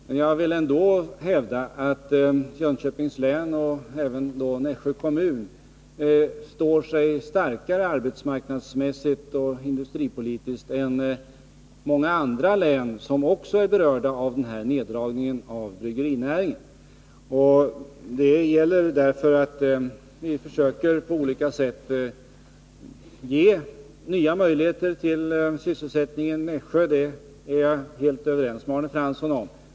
Men jag vill ändå hävda att Jönköpings län, och Nässjö kommun, står sig starkare arbetsmarknadsmässigt och industripolitiskt än många andra län som också är berörda av neddragningen inom bryggerinäringen. Det gäller därför att vi på olika sätt försöker skapa nya möjligheter till sysselsättning i Nässjö. Det är jag helt överens med Arne Fransson om.